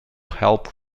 help